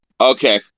Okay